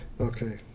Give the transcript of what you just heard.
Okay